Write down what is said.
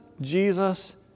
Jesus